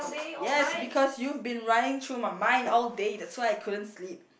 yes because you've been running through my mind all day that's why I couldn't sleep